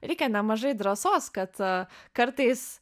reikia nemažai drąsos kad kartais